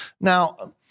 Now